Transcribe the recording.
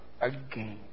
again